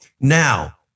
Now